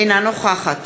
אינה נוכחת